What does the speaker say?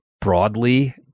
broadly